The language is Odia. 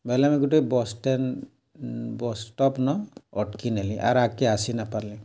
ବେଲେ ମୁଇଁ ଗୁଟେ ବସ୍ଷ୍ଟାଣ୍ଡ ବସ୍ଷ୍ଟପ୍ନ ଅଟ୍କି ନେଲି ଆର୍ ଆଗ୍କେ ଆସି ନାଇ ପାର୍ଲି